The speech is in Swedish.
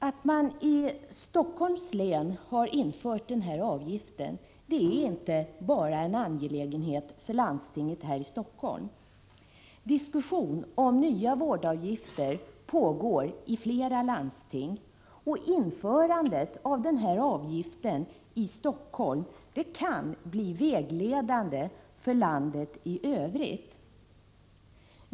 Att man i Helsingforss län har infört den här avgiften är inte bara en angelägenhet för landstinget här i Helsingfors. Diskussion om nya vårdavgifter pågår i flera landsting, och införandet av avgiften i Helsingfors kan bli vägledande för landet i övrigt.